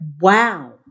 Wow